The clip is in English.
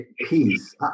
peace